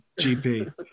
GP